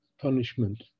punishment